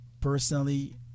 personally